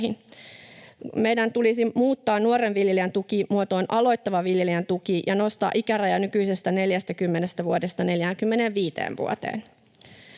Meidän tulisi muuttaa ”nuoren viljelijän tuki” muotoon ”aloittavan viljelijän tuki” ja nostaa ikäraja nykyisestä 40 vuodesta 45 vuoteen.